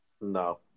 No